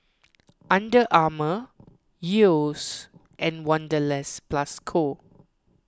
Under Armour Yeo's and Wanderlust Plus Co